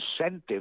incentive